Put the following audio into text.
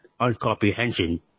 uncomprehension